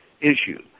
issue